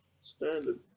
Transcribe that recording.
Standard